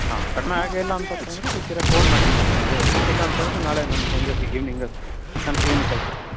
ಹಾಂ ಕಡಿಮೆ ಆಗೇ ಇಲ್ಲ ಅಂತ ಅಂತಂದರೆ ಬೇಕಿದ್ದರೆ ಪೋನ್ ಮಾಡಿ ನನಗೆ ಸಂಜೆ ಹೊತ್ತು ಇಲ್ಲಾಂತಂದ್ರೆ ನಾಳೆ ನಾನು ಸಂಜೆ ಇವ್ನಿಂಗ್ ನನ್ನ ಕ್ಲಿನಿಕಲ್ಲಿ ಸಿಗ್ತೀನಿ